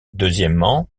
deuxièmement